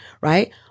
right